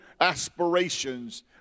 aspirations